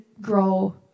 grow